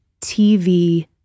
TV